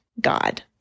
God